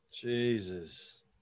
Jesus